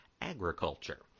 agriculture